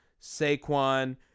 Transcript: Saquon